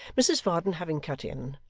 mrs varden having cut in,